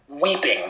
weeping